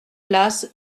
place